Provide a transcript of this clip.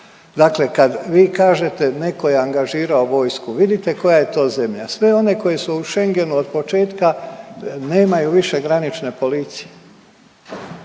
Dakle kad vi kažete neko je angažirao vojsku, vidite koja je to zemlja, sve one koje su u Schengenu otpočetka nemaju više granične policije,